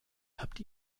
habt